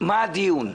מה הדיון.